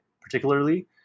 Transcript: particularly